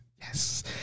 Yes